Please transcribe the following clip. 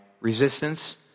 Resistance